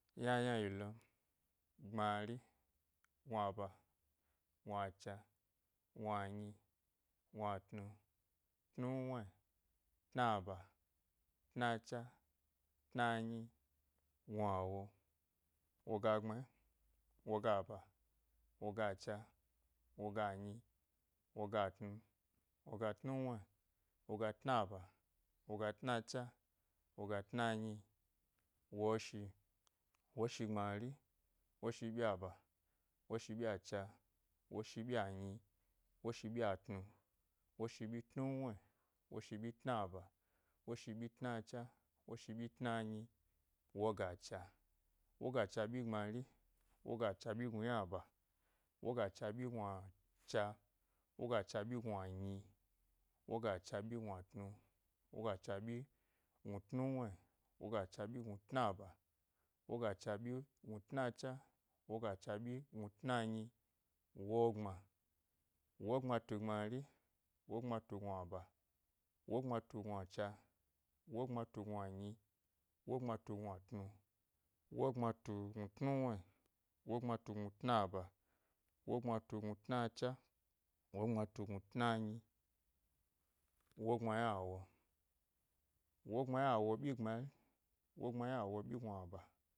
Yna yna yi lom, gbmari gnuaba gnuadia gnuanyi, gnuatu tnuwne ena ba tna dia tna nyi gnuawo, woge gbne, wogaba wogacha woga nyi woga true wogatnuwne wogatna ba woga tna cha woga tna nyi woshi woshi gbmari woshi byiaba, woshi byiacha woshibyianyi woshi byia tnu woshi byi tnuwri, woshi byi tna ba, woshi byi tna cha woshi byi tna ny wogadia wogacha ɓyi gbmari, wogacha byi gnuaba, wogachabyi gnuacha, woga chabyi gnuanyi, wogacha byi gnua tnu wogacha byi gnu tnuwni, woga cha byi gnutnaba wogacha byi gnu tnacha, wogacha byi gnu tnacha wogacha byi gnu tna nyi wogbma wogbma tu gbmari, wogbamatu gnuaba wogbma tu gnuacha wogbmatu gnuanyi, woogbma he gnuatnu, wogbma tu gnu tnuwni wogbma tugnu tna ba wogbma tugnu, tnacha wogbma tu gnu tna nyi, wogbma ynawo wogbma ynawo ɓyi gbmari wogbma ynawo byi gnuaba